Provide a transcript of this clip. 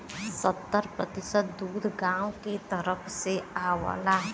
सत्तर प्रतिसत दूध गांव के तरफ से आवला